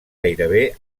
gairebé